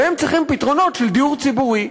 והם צריכים פתרונות של דיור ציבורי,